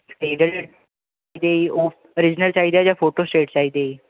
ਅਤੇ ਉਹ ਓਰਿਜਨਲ ਚਾਹੀਦਾ ਜਾਂ ਫੋਟੋ ਸਟੇਟ ਚਾਹੀਦੀ ਜੀ